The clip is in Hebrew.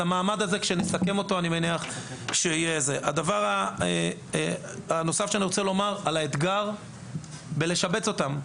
יש אתגר נוסף שקשור בשיבוצים.